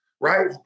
Right